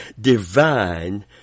Divine